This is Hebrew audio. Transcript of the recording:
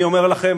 אני אומר לכם,